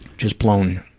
just blown,